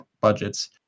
budgets